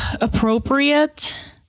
appropriate